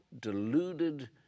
deluded